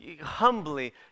humbly